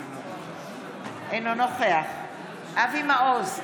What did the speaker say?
אינו נוכח אבי מעוז,